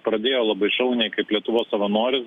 pradėjo labai šauniai kaip lietuvos savanoris